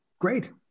Great